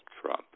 Trump